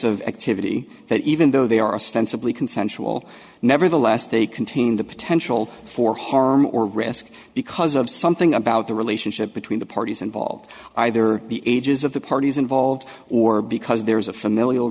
of activity that even though they are ostensibly consensual nevertheless they contain the potential for harm or risk because of something about the relationship between the parties involved either the ages of the parties involved or because there's a familial